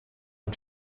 man